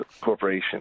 Corporation